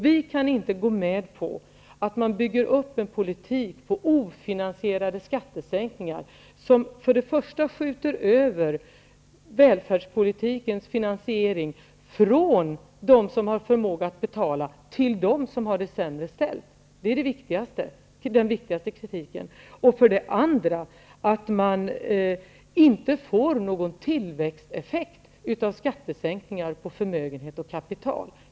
Vi kan inte gå med på att man bygger upp en politik på ofinansierade skattesänkningar, en politik som skjuter över välfärdspolitikens finansiering från dem som har förmåga att betala till dem som har det sämre ställt. Detta är den viktigast kritiken. Dessutom får man inte någon tillväxteffekt genom skattesänkningar på förmögenhet och kapital.